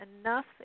enough